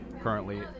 currently